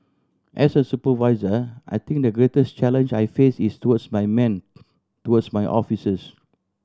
as a supervisor I think the greatest challenge I face is towards my men towards my officers